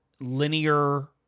linear